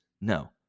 No